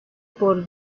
por